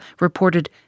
reported